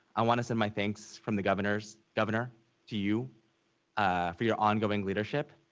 i want to send my thanks from the governor so governor to you for your ongoing leadership,